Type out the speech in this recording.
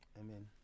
Amen